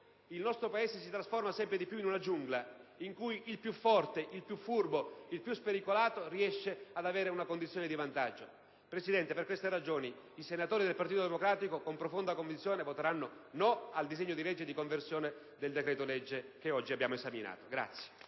il nostro Paese si trasforma sempre di più in una giungla in cui più forte, il più furbo, il più spericolato riesce ad avere una condizione di vantaggio. Presidente, per queste ragioni, i senatori del Partito Democratico con profonda convinzione voteranno no al disegno di legge di conversione del decreto-legge che oggi abbiamo esaminato.